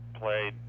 Played